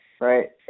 right